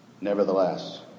nevertheless